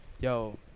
Yo